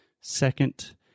Second